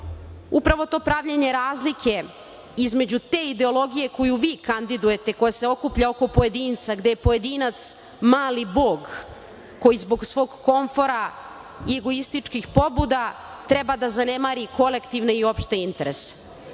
upravo to pravljenje razlike između te ideologije koju vi kandidujete, koja se okuplja oko pojedinca, gde je pojedinac mali Bog koji zbog svog komfora i egoističkih pobuda treba da zanemari kolektivne i opšte interese,